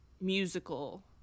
musical